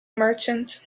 merchant